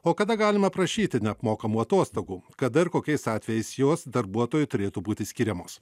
o kada galima prašyti neapmokamų atostogų kada ir kokiais atvejais jos darbuotojui turėtų būti skiriamos